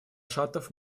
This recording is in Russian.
шатов